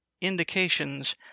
indications